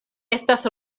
estas